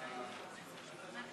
וועדת